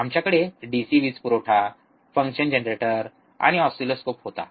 आमच्याकडे डिसी वीज पुरवठा फंक्शन जनरेटर आणि ऑसिलोस्कोप होता